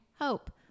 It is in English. Hope